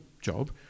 job